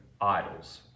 idols